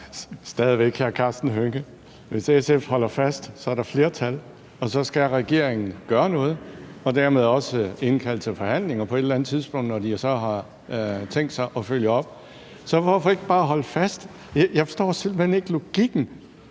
Stadig væk, hr. Karsten Hønge: Hvis SF holder fast, er der flertal, og så skal regeringen gøre noget og dermed også indkalde til forhandlinger på et eller andet tidspunkt, når regeringen så har tænkt sig at følge op. Så hvorfor ikke bare holde fast? Jeg forstår simpelt hen ikke logikken.